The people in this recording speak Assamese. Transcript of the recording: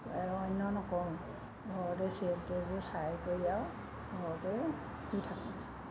অন্য নকৰো ঘৰতে ছিৰিয়েল টিৰিয়েলবোৰ চাই কৰি আৰু ঘৰতে শুই থাকোঁ